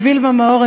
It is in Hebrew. לווילמה מאור,